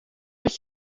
had